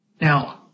Now